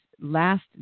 last